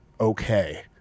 okay